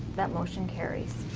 that motion carries.